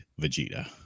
vegeta